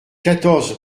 quatorze